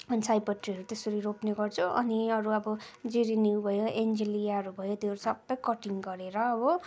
अनि सयपत्रीहरू त्यसरी रोप्ने गर्छु अनि अरू अब जिरेनियम भयो एन्जेलियाहरू भयो त्योहरू सब कटिङ गरेर हो